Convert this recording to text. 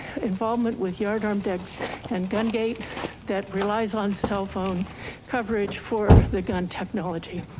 involvement with yardarm deg and gun gate that relies on cell phone coverage for the gun technology.